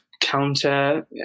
counter